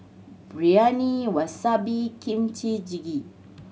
Biryani Wasabi Kimchi Jjigae